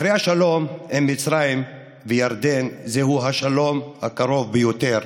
אחרי השלום עם מצרים וירדן זהו השלום הקרוב ביותר,